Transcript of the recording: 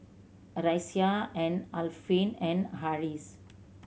Raisya and Alfian and Harris